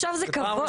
עכשיו זה כבוד?